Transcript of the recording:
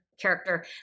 character